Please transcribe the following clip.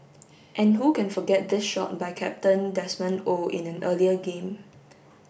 and who can forget this shot by captain Desmond Oh in an earlier game